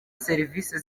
serivisi